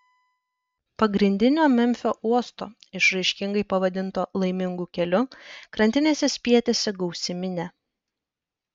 pagrindinio memfio uosto išraiškingai pavadinto laimingu keliu krantinėse spietėsi gausi minia